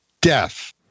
death